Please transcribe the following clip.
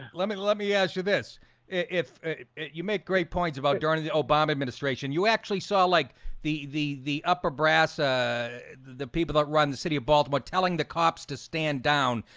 let me let me ask you this if you make great points about during the obama administration, you actually saw like the the the upper brass ah the the people that run the city of baltimore telling the cops to stand down.